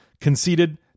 conceded